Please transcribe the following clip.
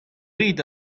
rit